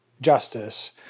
justice